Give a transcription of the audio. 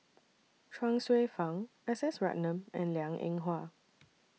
Chuang Hsueh Fang S S Ratnam and Liang Eng Hwa